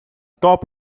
top